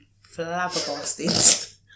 flabbergasted